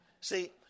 See